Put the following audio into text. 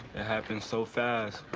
it happened so fast.